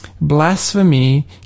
blasphemy